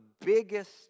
Biggest